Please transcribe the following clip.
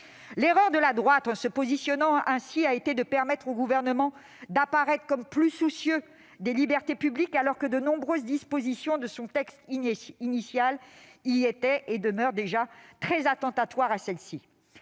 L'erreur de la droite en se positionnant ainsi a été de permettre au Gouvernement d'apparaître comme plus soucieux des libertés publiques, alors que nombre des dispositions de son texte initial étaient déjà très attentatoires à ces